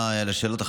שמחנו,